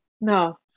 no